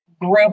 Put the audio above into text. group